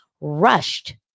rushed